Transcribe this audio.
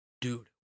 Dude